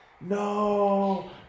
No